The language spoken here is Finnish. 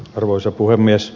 arvoisa puhemies